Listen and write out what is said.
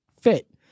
fit